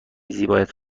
زیبایت